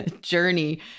journey